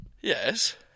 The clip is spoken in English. Yes